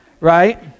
right